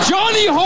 Johnny